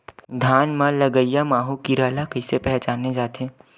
धान म लगईया माहु कीरा ल कइसे पहचाने जाथे?